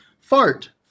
fart